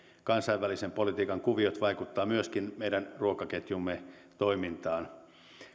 kansainvälisen politiikan kuviot vaikuttavat myöskin meidän ruokaketjumme toimintaan